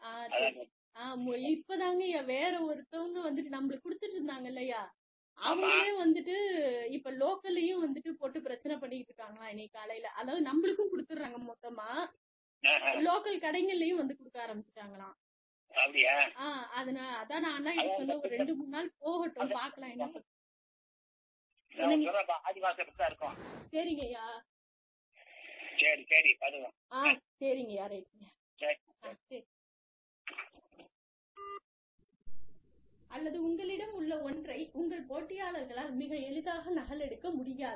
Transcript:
அல்லது உங்களிடம் உள்ள ஒன்றை உங்கள் போட்டியாளர்களால் மிக எளிதாக நகலெடுக்க முடியாது